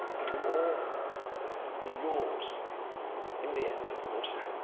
it'll all be yours in the end of course.